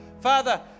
Father